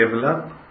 develop